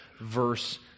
verse